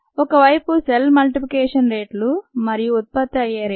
ఒకవైపు cell multiplication రేట్లు మరియు ఉత్పత్తి అయ్యే రేటు